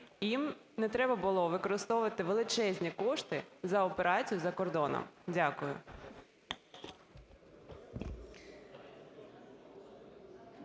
їм не треба було використовувати величезні кошти за операцію за кордоном? Дякую.